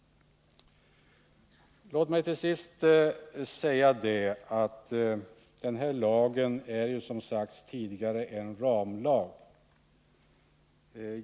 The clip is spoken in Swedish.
Låt mig till sist säga — det har sagts tidigare här — att den föreslagna socialtjänstlagen är en ramlag.